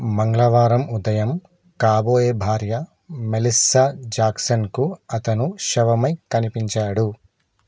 మంగళవారం ఉదయం కాబోయే భార్య మెలిస్సా జాక్సన్కు అతను శవమై కనిపించాడు